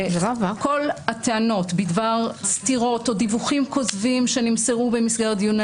כל הטענות בדבר סתירות או דיווחים כוזבים שנמסרו במסגרת דיוני